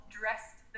dressed